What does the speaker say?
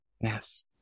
yes